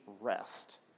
rest